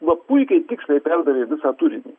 va puikiai tiksliai perdavė visą turinį